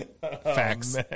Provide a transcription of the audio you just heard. Facts